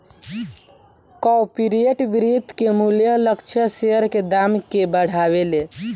corporate वित्त के मूल्य लक्ष्य शेयर के दाम के बढ़ावेले